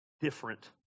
different